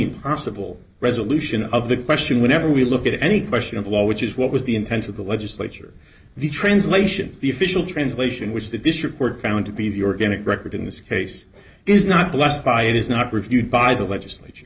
only possible resolution of the question whenever we look at any question of law which is what was the intent of the legislature the translations the official translation which the dish report found to be the organic record in this case is not blessed by it is not reviewed by the legislature